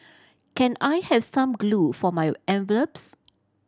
can I have some glue for my envelopes